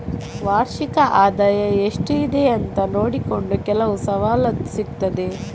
ವಾರ್ಷಿಕ ಆದಾಯ ಎಷ್ಟು ಇದೆ ಅಂತ ನೋಡಿಕೊಂಡು ಕೆಲವು ಸವಲತ್ತು ಸಿಗ್ತದೆ